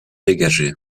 dégagée